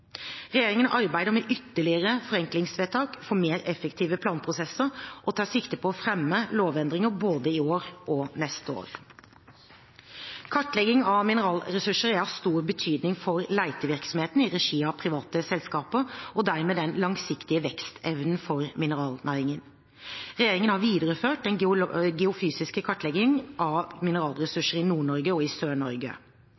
Regjeringen arbeider med ytterligere forenklingstiltak for mer effektive planprosesser og tar sikte på å fremme lovendringer både i år og til neste år. Kartlegging av mineralressurser er av stor betydning for letevirksomheten i regi av private selskaper, og dermed den langsiktige vekstevnen for mineralnæringen. Regjeringen har videreført den geofysiske kartleggingen av mineralressurser i Nord-Norge og i